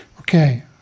okay